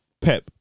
Pep